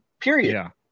Period